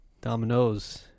Dominoes